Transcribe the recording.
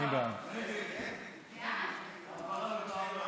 להעביר את הצעת חוק האנטומיה והפתולוגיה